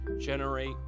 generate